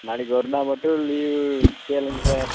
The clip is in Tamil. நாளைக்கு ஒரு நாள் மட்டும் லீவு கேளுங்கள் சார்